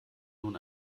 nun